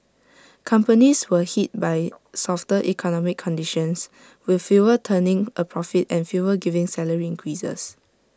companies were hit by softer economic conditions with fewer turning A profit and fewer giving salary increases